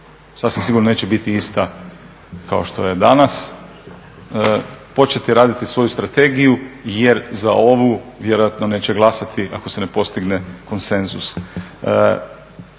sasvim sigurno neće biti ista kao što je danas, početi raditi svoju strategiju jer za ovu vjerojatno neće glasati ako se ne postigne konsenzus.